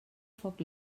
foc